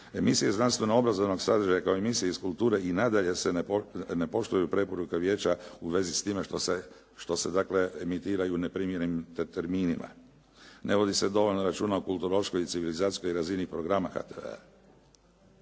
Emisije znanstveno-obrazovnog sadržaja kao i emisije iz kulture i nadalje se ne poštuju preporuke vijeća u vezi s time što se dakle emitiraju u neprimjerenim terminima. Ne vodi se dovoljno računa o kulturološkoj i civilizacijskoj razini programa HTV-a.